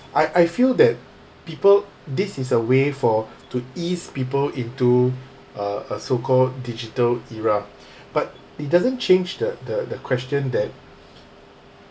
I I feel that people this is a way for to ease people into a a so called digital era but it doesn't change the the the question that